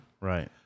right